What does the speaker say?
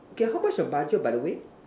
okay how much your budget by the way